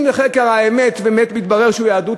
אם בחקר האמת באמת מתברר שהוא יהודי,